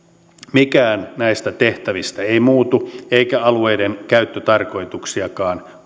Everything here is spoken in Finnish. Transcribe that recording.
mikään näistä tehtävistä ei muutu eikä alueiden käyttötarkoituksiakaan